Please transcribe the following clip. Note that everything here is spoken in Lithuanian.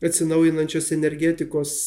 atsinaujinančios energetikos